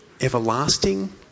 everlasting